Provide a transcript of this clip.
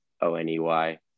O-N-E-Y